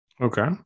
Okay